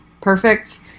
perfect